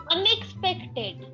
Unexpected